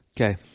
okay